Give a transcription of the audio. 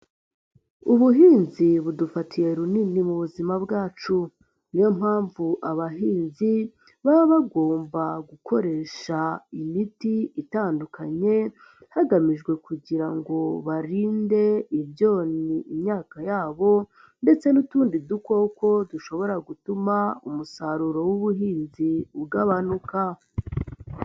Ubuhinzi budufatiye runini mu buzima bwacu, niyo mpamvu abahinzi baba bagomba gukoresha imiti itandukanye, hagamijwe kugira ngo barinde ibyonnyi imyaka yabo ndetse n'utundi dukoko dushobora gutuma umusaruro w'ubuhinzi ugabanuka.